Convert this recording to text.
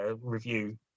review